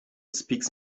speaks